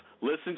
Listen